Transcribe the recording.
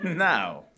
Now